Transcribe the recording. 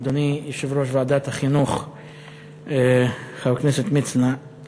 אדוני יושב-ראש ועדת החינוך חבר הכנסת מצנע,